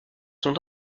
sont